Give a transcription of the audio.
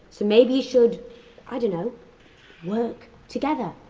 so maybe you should i don't know work together?